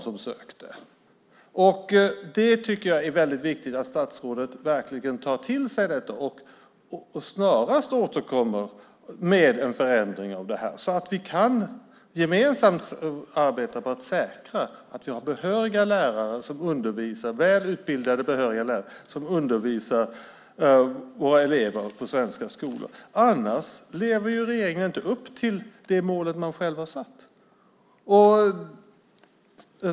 Jag tycker att det är väldigt viktigt att statsrådet verkligen tar till sig detta och snarast återkommer med en förändring av detta så att vi gemensamt kan arbeta för att säkra att vi har välutbildade och behöriga lärare som undervisar elever på svenska skolor. Annars lever regeringen inte upp till det mål man själv har satt.